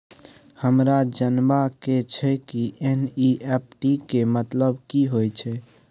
हमरा जनबा के छै की एन.ई.एफ.टी के मतलब की होए है?